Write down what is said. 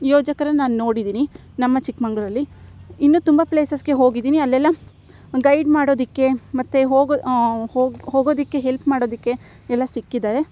ಯೋಜಕರನ್ನ ನಾನು ನೋಡಿದ್ದೀನಿ ನಮ್ಮ ಚಿಕ್ಕಮಗ್ಳೂರಲ್ಲಿ ಇನ್ನೂ ತುಂಬ ಪ್ಲೇಸಸ್ಗೆ ಹೋಗಿದ್ದೀನಿ ಅಲ್ಲೆಲ್ಲ ಗೈಡ್ ಮಾಡೋದಕ್ಕೆ ಮತ್ತು ಹೋಗೋ ಹೋಗೋದಕ್ಕೆ ಹೆಲ್ಪ್ ಮಾಡೋದಕ್ಕೆ ಎಲ್ಲ ಸಿಕ್ಕಿದ್ದಾರೆ